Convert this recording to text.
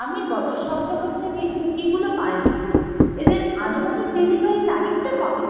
আমি গত সপ্তাহ থেকে কুকিগুলো পাইনি এদের আনুমানিক ডেলিভারি তারিখটা কবে